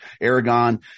Aragon